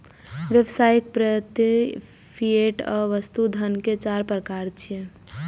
व्यावसायिक, प्रत्ययी, फिएट आ वस्तु धन के चार प्रकार छियै